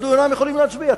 מדוע אינם יכולים להצביע?